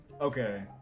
Okay